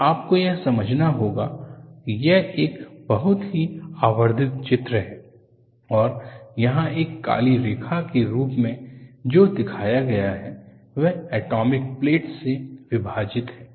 तो आपको यह समझना होगा कि यह एक बहुत ही आवर्धित चित्र है और यहां एक काली रेखा के रूप में जो दिखाया गया है वह अटॉमिक प्लेन्स से विभाजित है